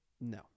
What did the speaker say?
No